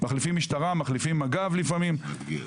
הם מחליפים את המשטרה ולפעמים הם מחליפים את מג"ב,